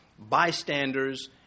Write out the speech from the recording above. Bystanders